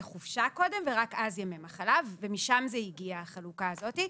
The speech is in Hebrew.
חופשה ורק אז ימי מחלה ומשם הגיעה החלוקה הזאת.